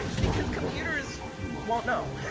like because computers won't know.